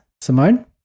Simone